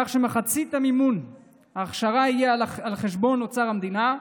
כך שמחצית המימון של ההכשרה תהיה על חשבון אוצר המדינה,